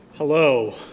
Hello